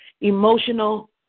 emotional